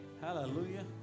Hallelujah